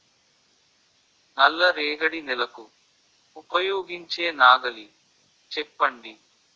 నల్ల రేగడి నెలకు ఉపయోగించే నాగలి చెప్పండి?